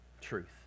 truth